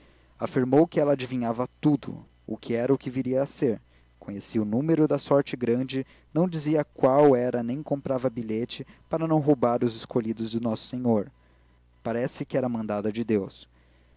afirmou que ela adivinhava tudo o que era e o que viria a ser conhecia o número da sorte grande não dizia qual era nem comprava bilhete para não roubar os escolhidos de nosso senhor parece que era mandada de deus